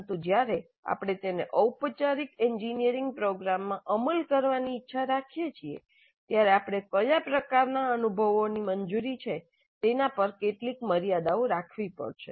પરંતુ જ્યારે આપણે તેનો ઔપચારિક એન્જિનિયરિંગ પ્રોગ્રામમાં અમલ કરવાની ઇચ્છા રાખીએ છીએ ત્યારે આપણે કયા પ્રકારનાં અનુભવોની મંજૂરી છે તેના પર કેટલીક મર્યાદાઓ રાખવી પડશે